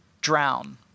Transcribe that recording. drown